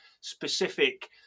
specific